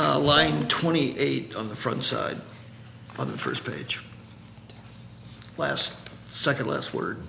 bottom line twenty eight on the front side on the first page last second less word